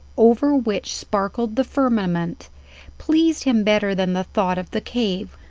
over which sparkled the firmament pleased him better than the thought of the cave,